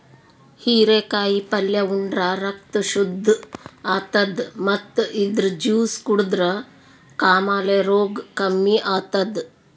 ಹಿರೇಕಾಯಿ ಪಲ್ಯ ಉಂಡ್ರ ರಕ್ತ್ ಶುದ್ದ್ ಆತದ್ ಮತ್ತ್ ಇದ್ರ್ ಜ್ಯೂಸ್ ಕುಡದ್ರ್ ಕಾಮಾಲೆ ರೋಗ್ ಕಮ್ಮಿ ಆತದ್